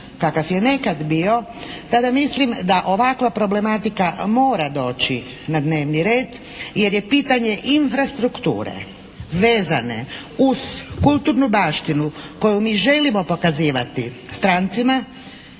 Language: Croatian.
kakav je nekad bio tada mislim da ovakva problematika mora doći na dnevni red jer je pitanje infrastrukture vezane uz kulturnu baštinu koju mi želimo pokazivati strancima